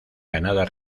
ganada